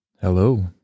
Hello